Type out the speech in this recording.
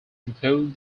include